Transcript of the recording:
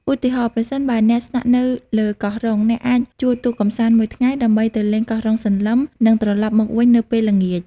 ឧទាហរណ៍ ប្រសិនបើអ្នកស្នាក់នៅលើកោះរ៉ុង អ្នកអាចជួលទូកកម្សាន្តមួយថ្ងៃដើម្បីទៅលេងកោះរ៉ុងសន្លឹម និងត្រឡប់មកវិញនៅពេលល្ងាច។